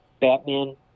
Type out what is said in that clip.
Batman